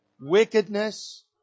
Wickedness